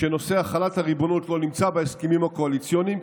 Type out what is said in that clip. שנושא החלת הריבונות לא נמצא בהסכמים הקואליציוניים,